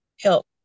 help